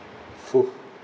!fuh!